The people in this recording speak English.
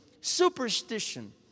superstition